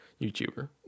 YouTuber